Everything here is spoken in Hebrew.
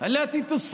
אשר